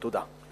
תודה.